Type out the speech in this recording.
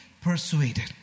persuaded